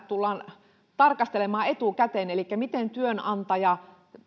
tullaan tarkastelemaan etukäteen elikkä sitä miten työnantaja